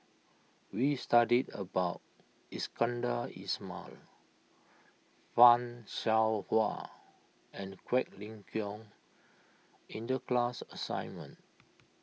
we studied about Iskandar Ismail Fan Shao Hua and Quek Ling Kiong in the class assignment